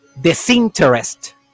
disinterest